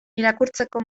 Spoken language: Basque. irakurtzeko